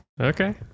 Okay